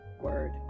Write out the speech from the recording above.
word